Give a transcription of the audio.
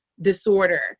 disorder